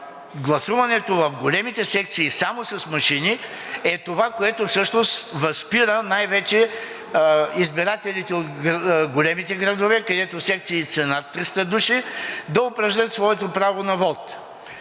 гласуването в големите секции само с машини е това, което всъщност възпира най-вече избирателите от големите градове, където секциите са над 300 души, да упражнят своето право на вот.